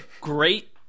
great